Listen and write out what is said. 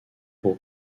pour